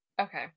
Okay